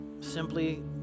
simply